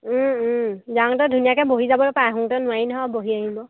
যাওঁতে ধুনীয়াকে বহি যাবই পাই আহোতে নোৱাৰি নহয় বহি আহিব